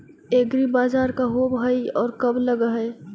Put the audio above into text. एग्रीबाजार का होब हइ और कब लग है?